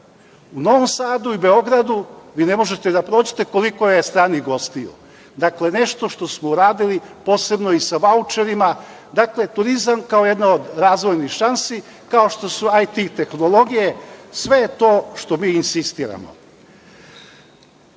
u Novom Sadu i Beogradu, vi ne možete da prođete koliko je stranih gostiju. Dakle, nešto što smo uradili posebno i sa vaučerima, dakle, turizam kao jedna od razvojnih šansi, kao što su IT i tehnologije, sve je to što mi insistiramo. Uvek